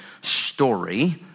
story